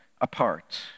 apart